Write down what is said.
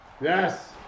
Yes